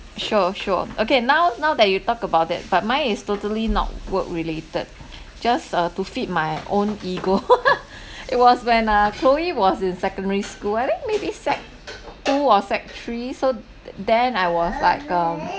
sure sure okay now now that you talk about it but mine is totally not work related just uh to feed my own ego it was when uh chloe was in secondary school I think maybe sec two or sec three so th~ then I was like um